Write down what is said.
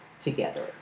together